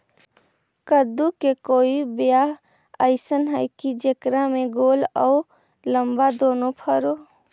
कददु के कोइ बियाह अइसन है कि जेकरा में गोल औ लमबा दोनो फरे?